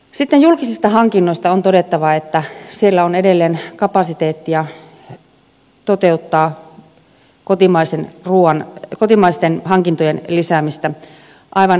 sitten julkisista hankinnoista on todettava että siellä on edelleen kapasiteettia toteuttaa kotimaisten hankintojen lisäämistä aivan selkeästi